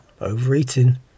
overeating